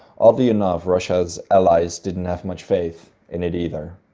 oddly enough russia's allies didn't have much faith in it either.